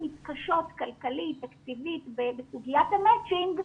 מתקשות כלכלית-תקציבית בסוגיית המצ'ינג,